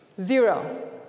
Zero